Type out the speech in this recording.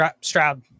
Stroud